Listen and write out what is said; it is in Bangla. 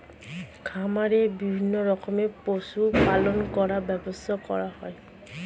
খামারে বিভিন্ন রকমের পশু পালন করে ব্যবসা করা হয়